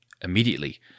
Immediately